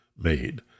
made